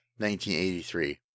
1983